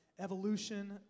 evolution